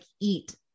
eat